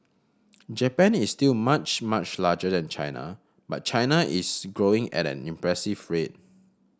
Japan is still much much larger than China but China is growing at an impressive rate